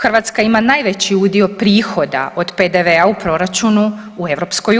Hrvatska ima najveći udio prihoda od PDV-a u proračunu u EU.